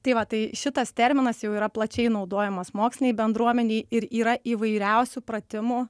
tai va tai šitas terminas jau yra plačiai naudojamas mokslinėj bendruomenėj ir yra įvairiausių pratimų